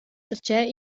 darcheu